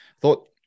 thought